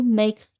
make